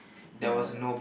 ya